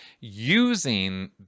using